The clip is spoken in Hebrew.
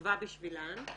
יקבע בשבילן.